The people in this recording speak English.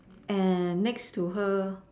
and next to her